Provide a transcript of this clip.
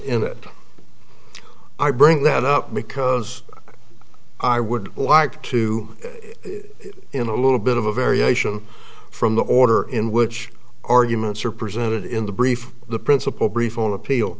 in it i bring that up because i would like to in a little bit of a variation from the order in which arguments are presented in the brief the principal briefs on appeal